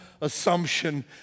assumption